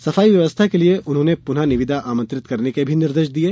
सफाई व्यवस्था के लिये उन्होंने पुनः निविदा आमंत्रित करने भी निर्देश दिये